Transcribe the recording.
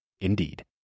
Indeed